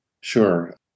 Sure